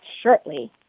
shortly